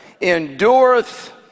endureth